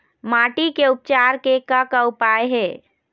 माटी के उपचार के का का उपाय हे?